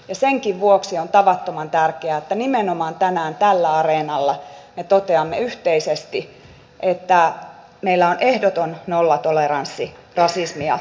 ja senkin vuoksi on tavattoman tärkeää että nimenomaan tänään tällä areenalla me toteamme yhteisesti että meillä on ehdoton nollatoleranssi rasismia kohtaan